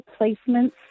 Placements